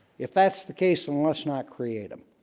if that's the case then let's not create them